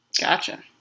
Gotcha